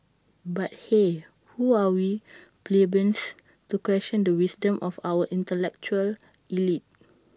but hey who are we plebeians to question the wisdom of our intellectual elite